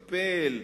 תתקפל.